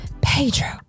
Pedro